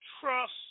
trust